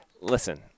Listen